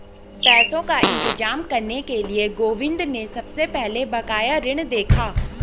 पैसों का इंतजाम करने के लिए गोविंद ने सबसे पहले बकाया ऋण देखा